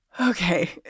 Okay